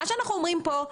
מה שאנחנו אומרים פה,